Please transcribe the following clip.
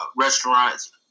restaurants